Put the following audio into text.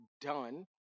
done